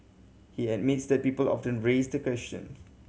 he admits that people often raise the question